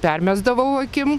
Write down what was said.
permesdavau akim